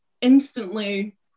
instantly